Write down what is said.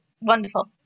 wonderful